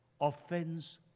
offense